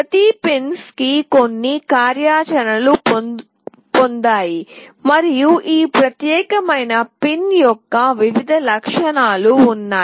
ప్రతి పిన్స్ కొన్ని కార్యాచరణలను పొందాయి మరియు ఈ ప్రత్యేకమైన పిన్ యొక్క వివిధ లక్షణాలు ఉన్నాయి